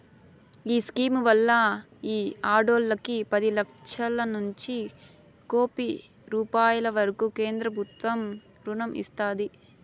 ఈ స్కీమ్ వల్ల ఈ ఆడోల్లకి పది లచ్చలనుంచి కోపి రూపాయిల వరకూ కేంద్రబుత్వం రుణం ఇస్తాది